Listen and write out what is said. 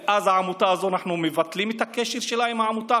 ואז אנחנו מבטלים את הקשר של העמותה הזאת